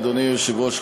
אדוני היושב-ראש,